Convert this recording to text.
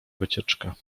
wycieczka